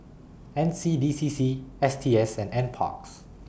N C D C C S T S and N Parks